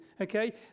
okay